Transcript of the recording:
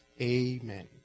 Amen